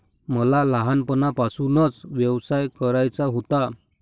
मला लहानपणापासूनच व्यवसाय करायचा होता